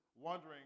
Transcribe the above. wondering